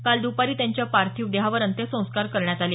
काल दुपारी त्यांच्या पार्थिव देहावर अंत्यसंस्कार करण्यात आले